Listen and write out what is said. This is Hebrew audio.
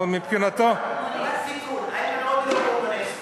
רק תיקון, איימן עודה הוא לא קומוניסט.